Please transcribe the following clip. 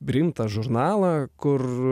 rimtą žurnalą kur